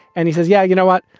and he says, yeah, you know what?